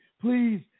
Please